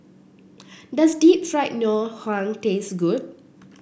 does Deep Fried Ngoh Hiang taste good